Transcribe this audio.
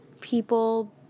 people